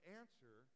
answer